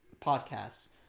podcasts